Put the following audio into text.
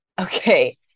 Okay